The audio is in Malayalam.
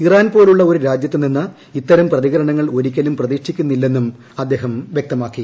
ഇറാൻ പോലുള്ള ഒരു രാജ്യത്തുനിന്ന് ഇത്തരം പ്രതികരണങ്ങൾ ഒരിക്കലും പ്രതീക്ഷിക്കുന്നില്ലെന്നും അദ്ദേഹം വ്യക്തമാക്കി